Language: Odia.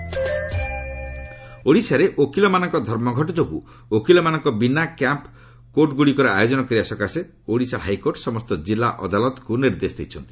ଓଡ଼ିଶା କ୍ୟାମ୍ପ୍ କୋର୍ଟ ଓଡ଼ିଶାରେ ଓକିଲମାନଙ୍କ ଧର୍ମଘଟ ଯୋଗୁଁ ଓକିଲମାନଙ୍କ ବିନା କ୍ୟାମ୍ପ୍ କୋର୍ଟଗୁଡ଼ିକର ଆୟୋଜନ କରିବା ସକାଶେ ଓଡ଼ିଶା ହାଇକୋର୍ଟ ସମସ୍ତ କିଲ୍ଲା ଅଦାଲତକୁ ନିର୍ଦ୍ଦେଶ ଦେଇଛନ୍ତି